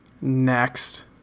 Next